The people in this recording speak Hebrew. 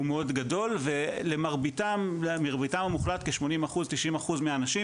הוא מאד גדול ומרביתם המוחלט כ-80-90 אחוז מהאנשים,